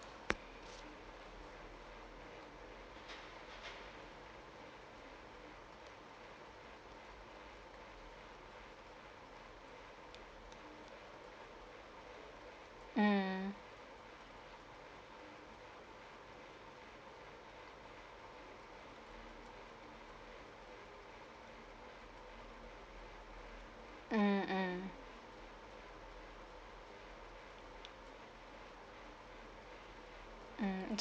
mm mmhmm mm mm